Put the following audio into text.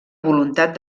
voluntat